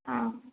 ஆ